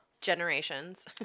generations